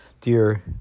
dear